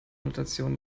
notation